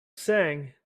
sing